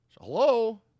Hello